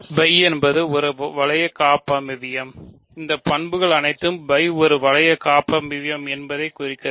இறுதியாக φ என்பதைக் குறிக்கிறது